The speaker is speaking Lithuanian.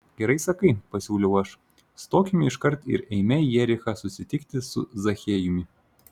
gerai sakai pasiūliau aš stokime iškart ir eime į jerichą susitikti su zachiejumi